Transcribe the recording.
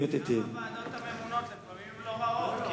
גם הוועדות הממונות הן לפעמים לא רעות,